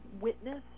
witness